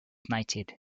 knighted